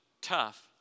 tough